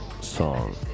song